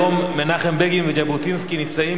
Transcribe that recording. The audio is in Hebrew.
היום מנחם בגין וז'בוטינסקי נישאים